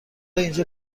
اینجا